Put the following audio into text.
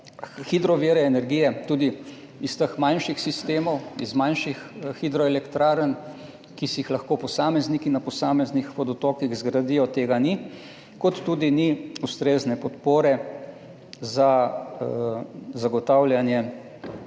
hidrovire energije tudi iz teh manjših sistemov, iz manjših hidroelektrarn, ki si jih lahko posamezniki na posameznih vodotokih zgradijo, tega ni, kot tudi ni ustrezne podpore za zagotavljanje